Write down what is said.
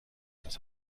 das